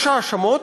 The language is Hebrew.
יש האשמות,